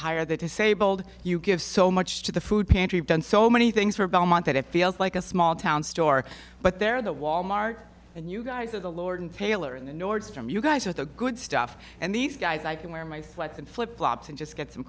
disabled you give so much to the food pantry done so many things for belmont that it feels like a small town store but they're the wal mart and you guys are the lord and taylor and the nordstrom you guys with the good stuff and these guys i can wear my sweats and flip flops and just get some